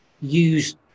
use